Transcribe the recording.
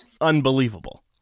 unbelievable